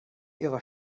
ihrer